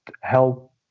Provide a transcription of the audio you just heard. help